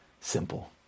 simple